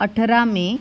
अठरा मे